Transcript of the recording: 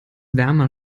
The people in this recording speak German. wärmer